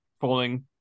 falling